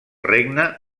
regne